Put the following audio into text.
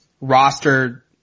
roster